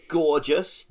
gorgeous